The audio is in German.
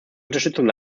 unterstützung